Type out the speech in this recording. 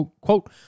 quote